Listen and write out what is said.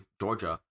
Georgia